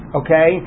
okay